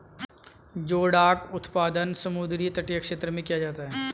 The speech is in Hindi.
जोडाक उत्पादन समुद्र तटीय क्षेत्र में किया जाता है